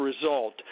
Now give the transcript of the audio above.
result